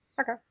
Okay